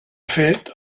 fet